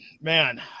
Man